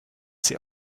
sie